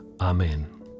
Amen